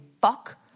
fuck